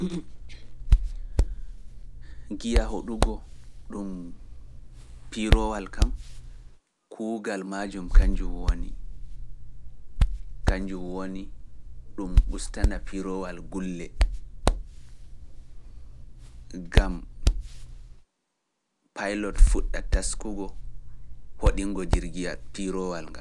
Giya hoɗugo ɗum piiroowal kam kuugal majum kanjum woni ɗum ustana piiroowal gulle, gam pilot fuɗɗa taskugo hoɗingo jirgiya piiroowal nga.